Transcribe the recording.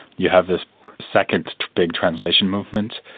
you have this second big translation movement,